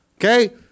Okay